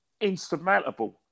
insurmountable